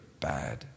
bad